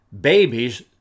babies